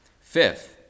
Fifth